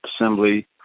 assembly